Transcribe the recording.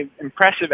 impressive